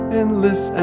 endless